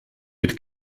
mit